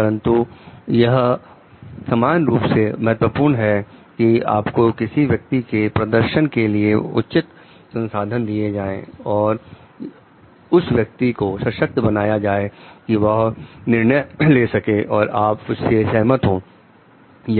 परंतु यह समान रूप से महत्वपूर्ण है कि आपको किसी व्यक्ति से प्रदर्शन के लिए उचित संसाधन दिए जाएं और उस व्यक्ति को सशक्त बनाया जाए कि वह निर्णय ले सके और आप उससे सहमत हो